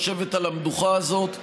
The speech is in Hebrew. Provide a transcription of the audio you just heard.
לשבת על המדוכה הזאת ולנסות,